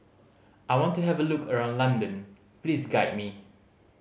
I want to have a look around London Please guide me